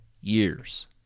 years